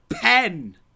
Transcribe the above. pen